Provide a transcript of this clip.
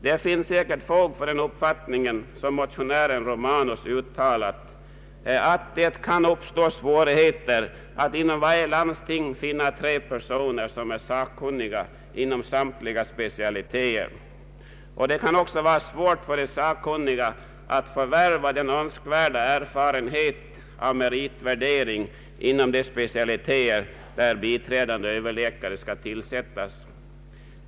Det finns säkert fog för den uppfattning som herr Romanus i sin motion uttalat att det kan uppstå svårigheter att inom varje landsting finna tre personer som är sakkunniga inom samtliga specialiteter och att det också kan vara svårt för de sakkunniga att förvärva den önskvärda erfarenheten av meritvärdering inom de specialiteter där tillsättande av biträdande överläkartjänster kan komma att ske.